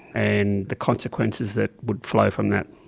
and the consequences that would flow from that.